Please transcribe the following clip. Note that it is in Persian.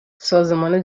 سازمان